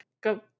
Go